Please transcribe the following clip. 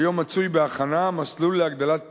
כיום מצוי בהכנה מסלול להגדלת פריון,